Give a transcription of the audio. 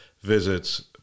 visits